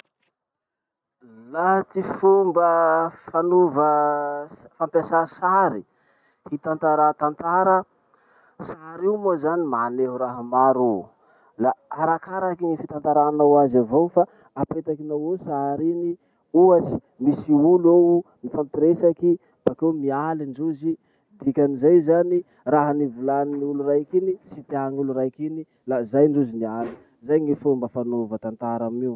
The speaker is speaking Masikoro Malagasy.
Laha ty fomba fanova fampiasà sary hitantara tantara. Sary io moa zany maneho raha maro io. La arakaraky ny fitantaranao azy avao fa, apetakinao eo sary iny, ohatsy misy olo mifampiresaky, bakeo mialy ndrozy, dikan'izay zany, raha nivolanin'olo raiky iny, tsy tian'olo raiky iny, la zay ndrozy nialy. Zay ny fomba fanaova tantara io.